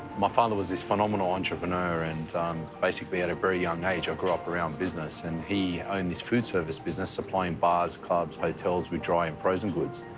my father was this phenomenal entrepreneur and basically, at a very young age, i grew up around business, and he owned food service business supplying bars, clubs, hotels with dry and frozen goods.